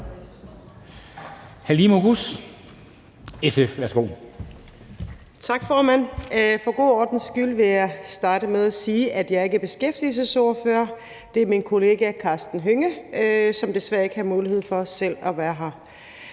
Tak, formand. Jeg vil for god ordens skyld starte med at sige, at jeg ikke er beskæftigelsesordfører. Det er min kollega, hr. Karsten Hønge, som desværre ikke har mulighed for selv at være her.